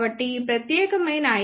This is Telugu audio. కాబట్టి ఈ ప్రత్యేకమైన IC కి 1